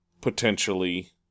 potentially